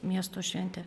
miesto šventė